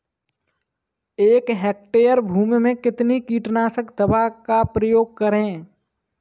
एक हेक्टेयर भूमि में कितनी कीटनाशक दवा का प्रयोग करें?